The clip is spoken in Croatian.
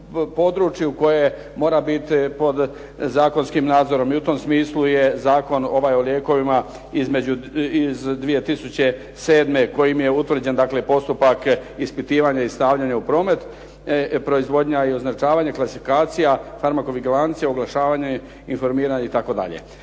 koje mora biti pod zakonskim nadzorom i u tom smislu je zakon ovaj o lijekovima iz 2007. kojim je utvrđen dakle postupak ispitivanja i stavljanja u promet, proizvodnja i označavanje klasifikacija, farmakovigilancija, oglašavanje, informiranje itd.